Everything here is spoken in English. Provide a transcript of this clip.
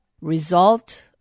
Result